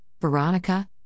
Veronica